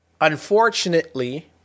Unfortunately